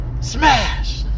Smash